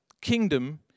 kingdom